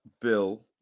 Bill